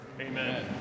Amen